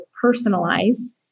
personalized